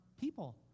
people